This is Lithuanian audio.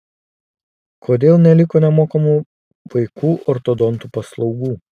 kodėl neliko nemokamų vaikų ortodontų paslaugų